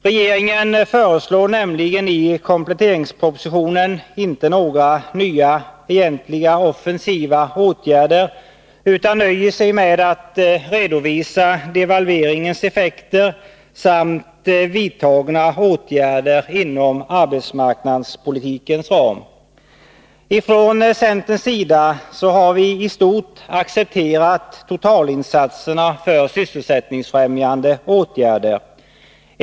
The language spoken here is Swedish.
Regeringen föreslår nämligen i kompletteringspropositionen inte några nya offensiva åtgärder, utan nöjer sig med att redovisa devalveringens effekter samt vidtagna åtgärder inom arbetsmarknadspolitikens ram. Centern har i stort accepterat insatserna för sysselsättningsfrämjande åtgärder.